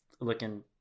looking